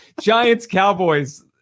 Giants-Cowboys